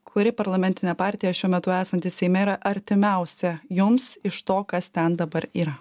kuri parlamentinė partija šiuo metu esanti seime yra artimiausia jums iš to kas ten dabar yra